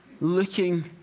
looking